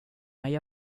mig